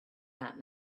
that